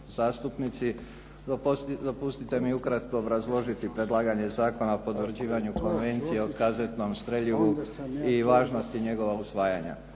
zastupnici. Dopustite mi ukratko obrazložiti predlaganje Zakona o potvrđivanju Konvencije o kazetnom streljivu i važnosti njegova usvajanja.